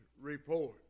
report